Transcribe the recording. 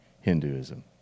Hinduism